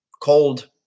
cold